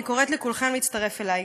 אני קוראת לכולכם להצטרף אלי.